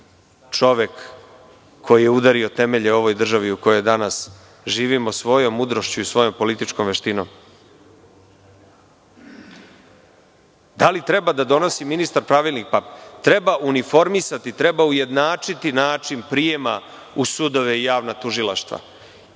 čovek koji je udario temelje ovoj državi u kojoj danas živimo svojom mudrošću i svojom političkom veštinom. Da li treba da donosi ministar pravilnik? Treba uniformisati, treba ujednačiti način prijema u sudove i javna tužilaštva,